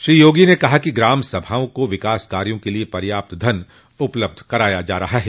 श्री योगी ने कहा कि ग्राम सभाओं को विकास कार्यों के लिए पर्याप्त धन उपलब्ध कराया जा रहा है